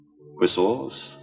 Whistles